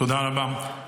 תודה רבה.